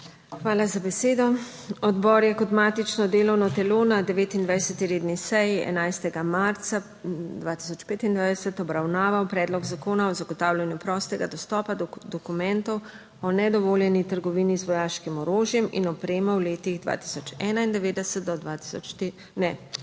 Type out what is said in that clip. Hvala za besedo. Odbor je kot matično delovno telo na 29. redni seji 11. marca 2025 obravnaval Predlog Zakona o zagotavljanju prostega dostopa do dokumentov o nedovoljeni trgovini z vojaškim orožjem in opremo v letih 2091 do 2000,